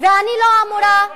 ואני לא אמורה,